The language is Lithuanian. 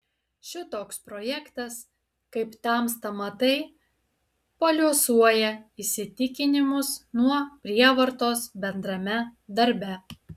šitoks projektas kaip tamsta matai paliuosuoja įsitikinimus nuo prievartos bendrame darbe